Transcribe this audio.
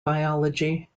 biology